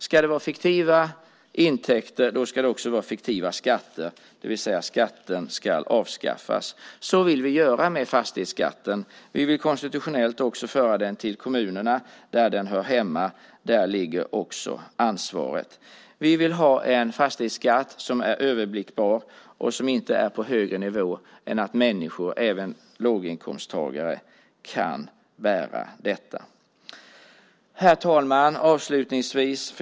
Ska det vara fiktiva intäkter ska det också vara fiktiva skatter, det vill säga skatten ska avskaffas. Så vill vi göra med fastighetsskatten. Vi vill konstitutionellt också föra den till kommunerna där den hör hemma. Där ligger också ansvaret. Vi vill ha en fastighetsskatt som är överblickbar och som inte är på högre nivå än att människor, även låginkomsttagare, kan bära detta. Herr talman!